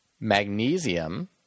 Magnesium